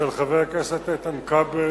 של חבר הכנסת איתן כבל,